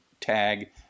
tag